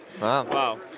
Wow